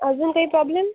अजून काही प्रॉब्लेम